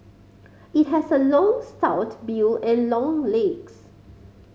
it has a long stout bill and long legs